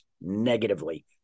negatively